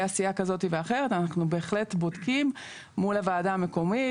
עשייה כזאת או אחרת אנחנו בהחלט בודקים מול הוועדה המקומית.